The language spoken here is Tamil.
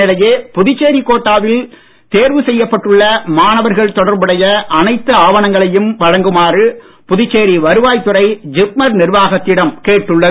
இதனிடையே புதுச்சேரி கோட்டாவில் தேர்வு செய்யப்பட்டுள்ள மாணவர்கள் தொடர்புடைய அனைத்து ஆவணங்களையும் வழங்குமாறு புதுச்சேரி வருவாய்த்துறை ஜிப்மர் நிர்வாகத்திடம் கேட்டுள்ளது